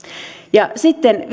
ja sitten